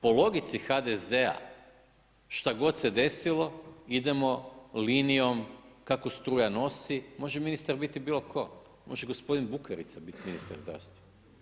Po logici HDZ-a šta god se desilo, idemo linijom kako struja nosi, može ministar biti bilo tko, može gospodin Bukarica biti ministar zdravstva.